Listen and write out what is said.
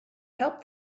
help